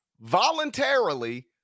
voluntarily